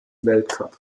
weltcup